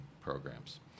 programs